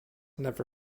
never